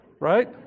right